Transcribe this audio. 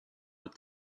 what